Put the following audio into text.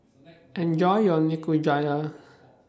Enjoy your Nikujaga